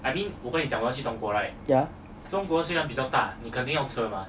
yeah